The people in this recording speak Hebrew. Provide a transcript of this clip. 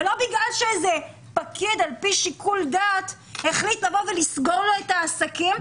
ולא בגלל שאיזה פקיד על פי שיקול דעת החליט לבוא ולסגור לו את העסקים,